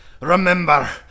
Remember